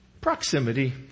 Proximity